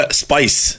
spice